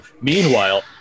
meanwhile